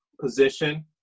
position